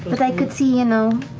but i could see, you know,